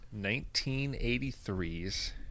1983's